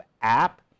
app